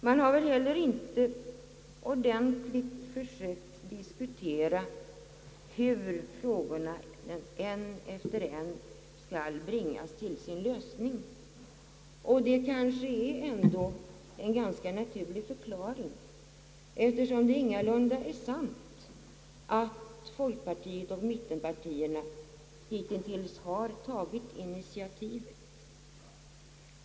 Man har väl inte heller ordentligt försökt att diskutera hur frågorna en efter en skall bringas till sin lösning. Detta har kanske en ganska naturlig förklaring, eftersom det ingalunda är sant att mittenpartierna hitintills har tagit initiativet.